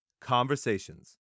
Conversations